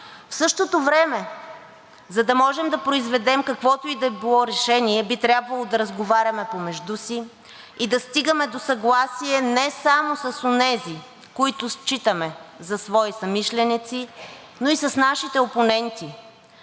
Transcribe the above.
В същото време, за да можем да произведем каквото и да е било решение, би трябвало да разговаряме помежду си и да стигаме до съгласие не само с онези, които считаме за свои съмишленици, но и с нашите опоненти.